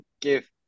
give